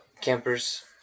Campers